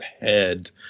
head